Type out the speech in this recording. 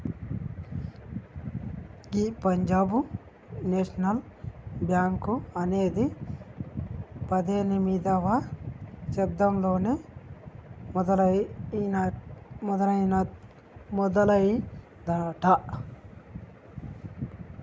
గీ Punjab national bank అనేది పద్దెనిమిదవ శతాబ్దంలోనే మొదలయ్యిందట